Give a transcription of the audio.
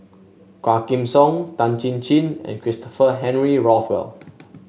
Quah Kim Song Tan Chin Chin and Christopher Henry Rothwell